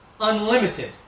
unlimited